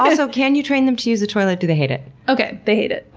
also, can you train them to use the toilet? do they hate it? okay. they hate it.